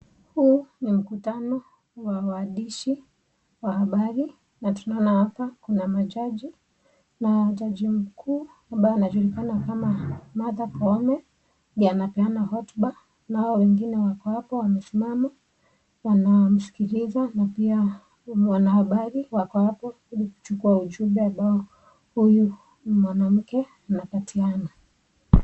Huu ni mkutano wa waandishi wa habari, na tunaona hapa kuna majaji na jaji mkuu ambaye anajulikana kama Martha Koome ndiye anapeana hotuba, na hawa wengine wako hapo wamesimama wanaomsikiliza na pia wanahabari wako hapo ili kuchukua ujumbe ambao huyu mwanamke anapatiana.